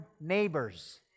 neighbors